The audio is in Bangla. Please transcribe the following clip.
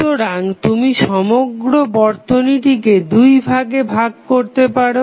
সুতরাং তুমি সমগ্র বর্তনীটিকে দুটি ভাগে ভাগ করতে পারো